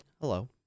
Hello